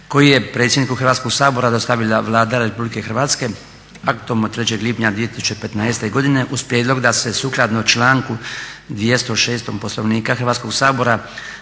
koji je predsjedniku Hrvatskog sabora dostavila Vlada RH aktom od 3. lipnja 2015. godine uz prijedlog da se sukladno članku 206. Poslovnika Hrvatskog sabora